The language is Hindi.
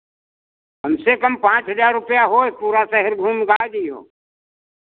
कम से कम पाँच हज़ार रुपैया होए पूरा शहर घूम गा आए जइहो